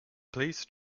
please